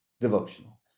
Devotional